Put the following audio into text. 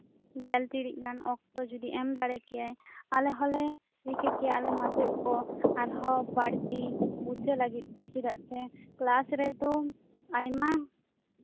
ᱜᱮᱞ ᱴᱤᱲᱤᱡ ᱜᱟᱱ ᱚᱠᱛᱚ ᱡᱩᱫᱤ ᱮᱢ ᱫᱟᱲᱮ ᱠᱮᱭᱟᱭ ᱟᱞᱮ ᱦᱚᱸᱞᱮ ᱨᱤᱠᱟᱹ ᱠᱮᱭᱟ ᱟᱞᱮ ᱢᱟᱪᱮᱫ ᱠᱚ ᱟᱨᱦᱚᱸ ᱵᱟᱲᱛᱤ ᱵᱩᱡᱷᱟᱹᱣ ᱞᱟᱹᱜᱤᱫ ᱛᱮ ᱪᱮᱫᱟᱜ ᱥᱮ ᱠᱞᱟᱥ ᱨᱮᱫᱚ ᱟᱭᱢᱟ